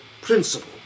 principle